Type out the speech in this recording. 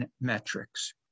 metrics